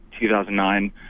2009